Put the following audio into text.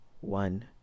one